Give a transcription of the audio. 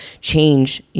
change